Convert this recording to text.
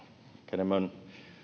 enemmän